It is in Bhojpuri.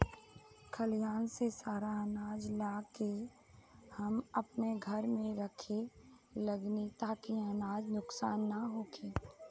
खलिहान से सारा आनाज ला के हम आपना घर में रखे लगनी ताकि अनाज नुक्सान ना होखे